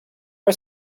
are